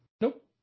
Nope